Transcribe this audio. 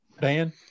Dan